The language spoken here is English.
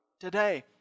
today